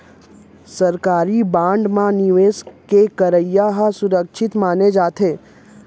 सरकारी बांड म निवेस के करई ह सुरक्छित माने जाथे